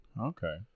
Okay